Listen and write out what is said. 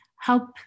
help